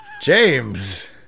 James